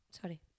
Sorry